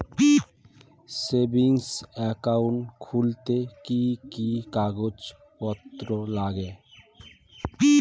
Savings account খুলতে কি কি কাগজপত্র লাগে?